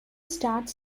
starts